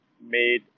made